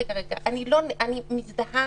אני מזדהה.